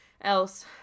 else